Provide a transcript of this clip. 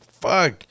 fuck